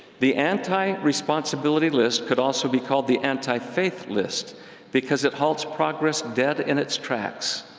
the anti-responsibility list could also be called the anti-faith list because it halts progress dead in its tracks.